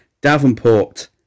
Davenport